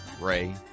Ray